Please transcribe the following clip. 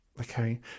okay